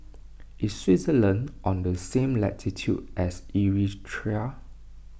is Switzerland on the same latitude as Eritrea